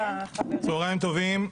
צהריים טובים.